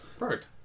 perfect